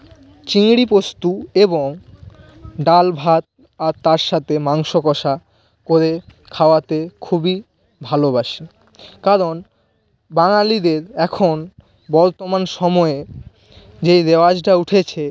চিংড়ি পোস্ত এবং ডাল ভাত আর তার সাথে মাংস কষা করে খাওয়াতে খুবই ভালোবাসি কারণ বাঙালিদের এখন বর্তমান সময়ে যে রেওয়াজটা উঠেছে